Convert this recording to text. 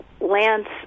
Lance